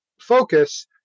focus